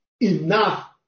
enough